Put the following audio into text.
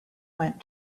went